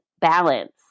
balance